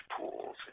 pools